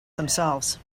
themselves